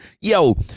Yo